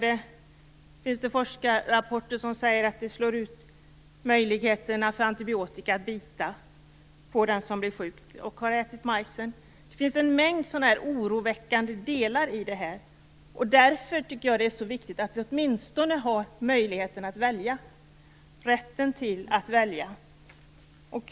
Det finns forskarrapporter som säger att det slår ut möjligheten för antibiotika att bita på den som blir sjuk och har ätit majs. Det finns en mängd sådana oroväckande delar i detta. Därför är det så viktigt att vi åtminstone har rätten att välja.